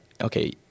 okay